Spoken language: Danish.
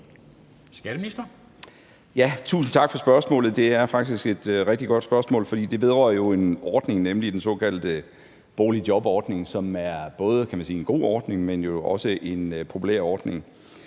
Tusind tak for spørgsmålet. Det er faktisk et rigtig godt spørgsmål, for det vedrører jo en ordning, nemlig den såkaldte boligjobordning, som – kan man sige – både er en god ordning, men jo også en populær ordning.